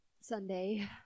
Sunday